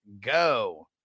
go